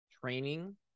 Training